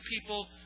people